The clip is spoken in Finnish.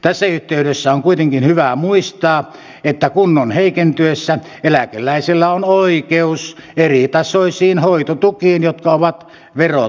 tässä yhteydessä on kuitenkin hyvä muistaa että kunnon heikentyessä eläkeläisellä on oikeus eritasoisiin hoitotukiin jotka ovat verottomia